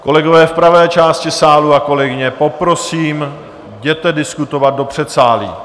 Kolegové v pravé části sálu a kolegyně, poprosím, jděte diskutovat do předsálí.